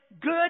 good